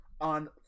On